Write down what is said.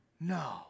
No